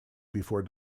before